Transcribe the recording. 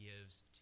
gives